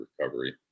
recovery